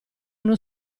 uno